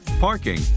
parking